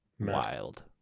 Wild